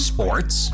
Sports